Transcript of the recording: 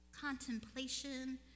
contemplation